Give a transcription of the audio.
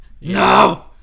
no